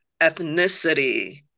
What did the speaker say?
ethnicity